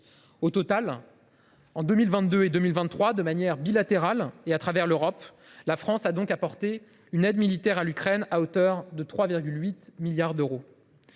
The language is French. Au total, en 2022 et 2023, de manière bilatérale et par l’intermédiaire de l’Europe, la France a donc apporté une aide militaire à l’Ukraine à hauteur de 3,8 milliards d’euros.